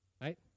Right